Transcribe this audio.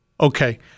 Okay